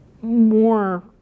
more